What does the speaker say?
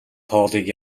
хоолыг